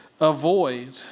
avoid